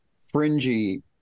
fringy